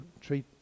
treat